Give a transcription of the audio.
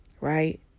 right